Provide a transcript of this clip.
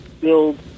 build